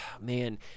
Man